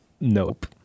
Nope